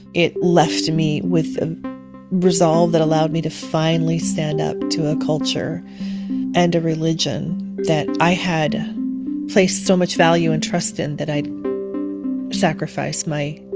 it left me with a resolve that allowed me to finally stand up to a culture and a religion that i had placed so much value and trust in that i'd sacrificed my.